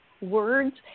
words